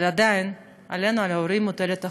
אבל עדיין, עלינו, על ההורים, מוטלת אחריות.